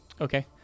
Okay